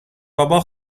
بابا